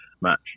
match